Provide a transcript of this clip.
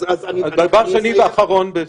דבר שני ואחרון.